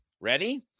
ready